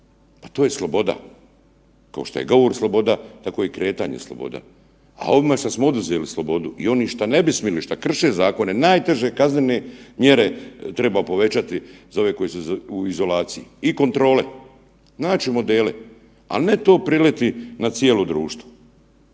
Pa to je sloboda. Kao što je govor sloboda, tako je i kretanje sloboda, a ovima što smo oduzeli slobodu i oni što ne bi smjeli, što krše zakone najteže kaznene mjere treba povećati za ove koji su u izolaciji i kontrole. Naći modele, ali ne to priliti na cijelo društvo.